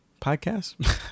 Podcast